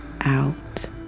Out